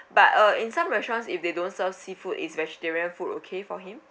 but uh in some restaurants if they don't serve seafood is vegetarian food okay for him